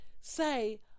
say